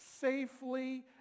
safely